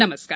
नमस्कार